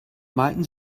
malten